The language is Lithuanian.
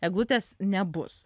eglutės nebus